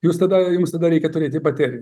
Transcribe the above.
jūs tada jums reikia turėti bateriją